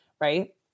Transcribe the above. right